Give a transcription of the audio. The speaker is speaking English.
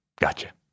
gotcha